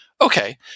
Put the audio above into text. Okay